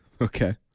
Okay